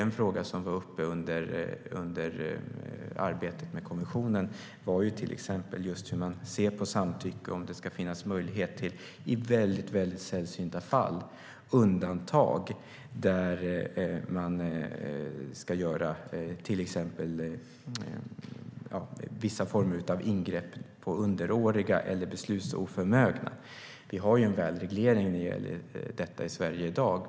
En fråga som var uppe under arbetet med konventionen var till exempel hur man ser på samtycke, om det i väldigt sällsynta fall ska finnas möjlighet till undantag, till exempel när man ska göra vissa former av ingrepp på underåriga eller beslutsoförmögna. Vi har en bra reglering av detta i Sverige i dag.